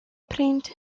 print